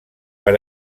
per